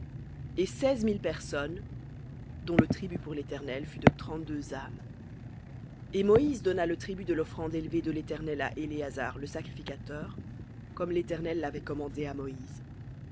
et seize mille personnes dont le tribut pour l'éternel fut de trente-deux âmes et moïse donna le tribut de l'offrande élevée de l'éternel à éléazar le sacrificateur comme l'éternel l'avait commandé à moïse